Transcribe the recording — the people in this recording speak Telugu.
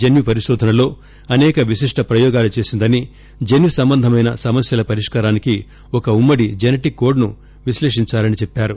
జన్యు పరికోధనలో అనేక విశిష్ష ప్రయోగాలు చేసిందని జన్యు సంబంధమైన సమస్యల పరిష్కారానికి ఒక ఉమ్మడి జనటిక్ కోడ్ ను విశ్లేసించాలని చెప్పారు